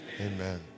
Amen